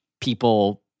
people